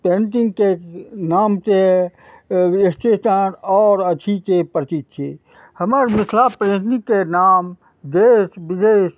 पेन्टिंगके नामसँ स्टेशन आओर अथीके प्रतीत छै हमर मिथिला पेन्टिंगके नाम देश विदेश